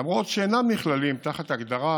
למרות שאינם נכללים תחת ההגדרה